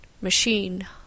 machine